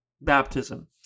baptism